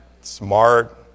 smart